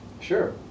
Sure